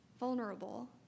vulnerable